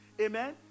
Amen